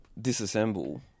Disassemble